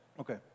Okay